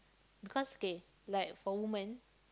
because K like for women